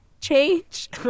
Change